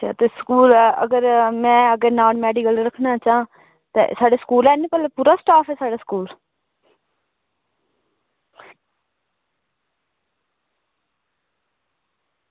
ते स्कूल अगर में नान मेडिकल रक्खना चांह ते साढ़े स्कूल ऐ नी ते पूरा स्टॉफ ऐ नी साढ़े स्कूल